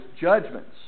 judgments